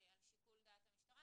על שיקול דעת המשטרה.